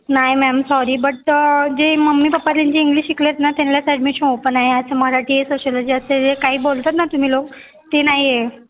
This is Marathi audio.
नाही मॅम सॉरी बट जे मम्मी पप्पा ज्यांचे इंग्लिश शिकलेत ना त्यांनाच ॲडमिशन ओपन आहे असं मराठी सोशिओलॉजी असे जे काही बोलतात ना तुम्ही लोक ते नाही आहे